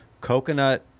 coconut